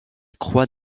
croix